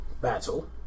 Battle